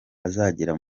azagera